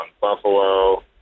Buffalo